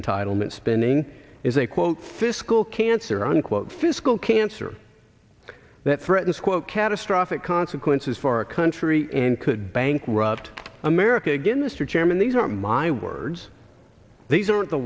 entitlement spending is a quote fiscal cancer unquote fiscal cancer that threatens quote catastrophic consequences for our country and could bankrupt america again this year chairman these are my words these aren't the